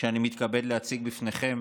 שאני מתכבד להציג בפניכם